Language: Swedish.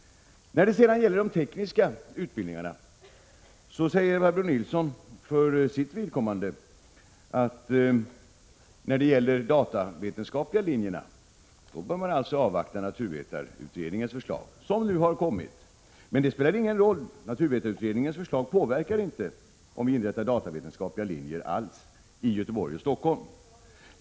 Vad beträffar de tekniska utbildningarna säger Barbro Nilsson för sitt vidkommande att man bör avvakta naturvetarutredningens förslag innan man tar ställning till frågan om datavetenskapliga linjer. Den utredningen har kommit nu, men det spelar ingen roll. Naturvetarutredningens förslag påverkar inte alls om vi inrättar datavetenskapliga linjer i Göteborg och Stockholm.